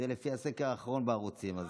זה לפי הסקר האחרון בערוצים.